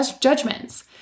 judgments